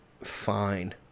fine